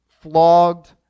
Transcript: flogged